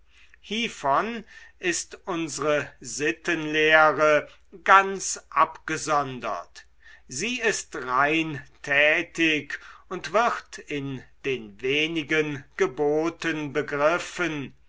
hievon ist unsre sittenlehre ganz abgesondert sie ist rein tätig und wird in den wenigen geboten begriffen